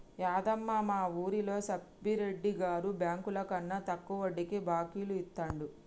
యాదమ్మ, మా వూరిలో సబ్బిరెడ్డి గారు బెంకులకన్నా తక్కువ వడ్డీకే బాకీలు ఇత్తండు